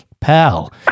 Pal